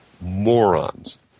morons